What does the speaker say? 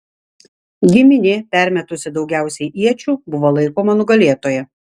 giminė permetusi daugiausiai iečių buvo laikoma nugalėtoja